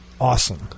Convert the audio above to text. awesome